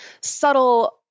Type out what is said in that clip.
subtle